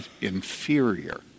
inferior